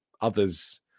others